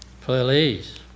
Please